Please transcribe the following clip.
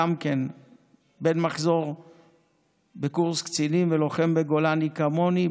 גם כן בן מחזור בקורס קצינים ולוחם בגולני כמוני,